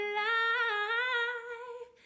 life